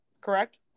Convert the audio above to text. correct